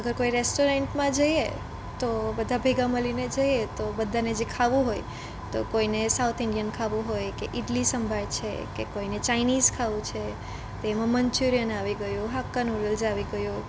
અગર કોઈ રેસ્ટોરન્ટમાં જઈએ તો બધા ભેગા મળીને જઈએ તો બધાને જે ખાવું હોય તો કોઈને સાઉથ ઇન્ડિયન ખાવું હોય કે ઈડલી સંભાર છે કે કોઈને ચાઈનીઝ ખાવું છે તો એમાં મન્ચુરિયન આવી ગયું હક્કા નૂડલ્સ આવી ગયું